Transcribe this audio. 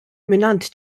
mingħand